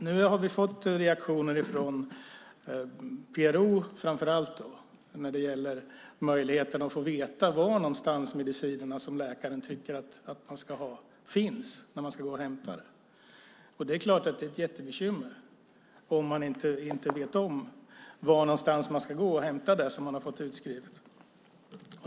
Nu har vi fått reaktioner från PRO framför allt när det gäller möjligheten att få veta var de mediciner finns som läkaren tycker att man ska ha. Det är klart att det är ett jättebekymmer om man inte vet vart man ska gå och hämta det som man har fått utskrivet.